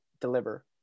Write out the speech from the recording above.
deliver